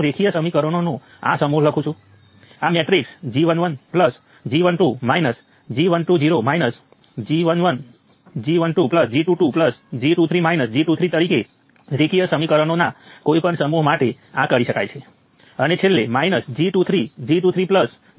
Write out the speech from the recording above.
નિર્ણાયકનું એકમ millisiemens square હશે અને આ દરેકનો એકમ મિલિસિમેન્સ હશે અને મિલિસિમેન ભાગ્યા મિલિસિમેન્સ સ્કવેર તમને કિલો ઓહ્મ આપશે